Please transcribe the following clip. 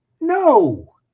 no